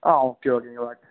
ആ okay okay എനിക്ക് what